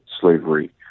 slavery